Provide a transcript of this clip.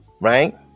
right